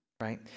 right